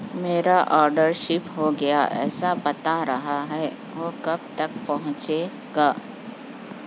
میرا order ship ہو گیا ایسا بتا رہا ہے وہ کب تک پہنچے گا